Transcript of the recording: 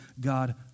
God